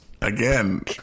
again